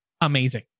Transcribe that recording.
amazing